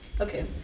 okay